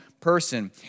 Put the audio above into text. person